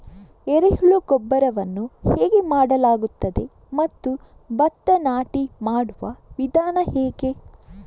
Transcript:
ಎರೆಹುಳು ಗೊಬ್ಬರವನ್ನು ಹೇಗೆ ಮಾಡಲಾಗುತ್ತದೆ ಮತ್ತು ಭತ್ತ ನಾಟಿ ಮಾಡುವ ವಿಧಾನ ಹೇಗೆ?